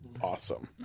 awesome